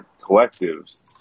collectives